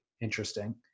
interesting